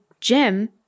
gym